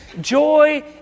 joy